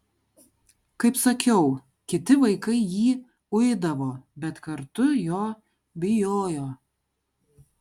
kaip sakiau kiti vaikai jį uidavo bet kartu jo bijojo